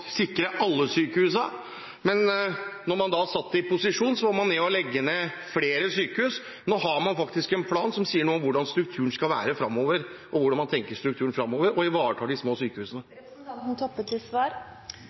sikre alle sykehusene. Da man satt i posisjon, var man med på å legge ned flere sykehus. Nå har man faktisk en plan som sier noe om hvordan man tenker strukturen skal være framover, og man ivaretar de små sykehusene. Eg kunne stilt spørsmålet rett tilbake til